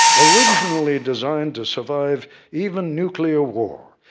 originally designed to survive even nuclear war,